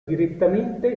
direttamente